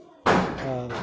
आओर